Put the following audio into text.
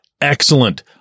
Excellent